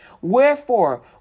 Wherefore